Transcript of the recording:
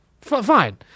Fine